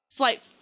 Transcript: Flight